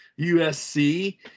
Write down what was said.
USC